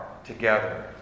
together